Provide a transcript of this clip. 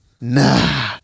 nah